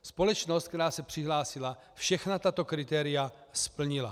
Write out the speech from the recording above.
Společnost, která se přihlásila, všechna tato kritéria splnila.